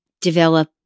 develop